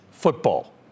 football